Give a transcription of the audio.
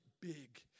big